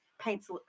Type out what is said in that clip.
paints